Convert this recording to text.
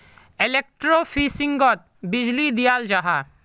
एलेक्ट्रोफिशिंगोत बीजली दियाल जाहा